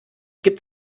gibt